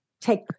take